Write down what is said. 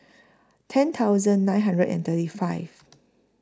ten thousand nine hundred and thirty five